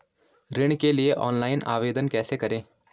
ऋण के लिए ऑनलाइन आवेदन कैसे करें?